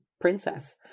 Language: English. princess